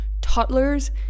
toddlers